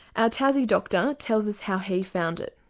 ah tassie doctor tells us how he found it.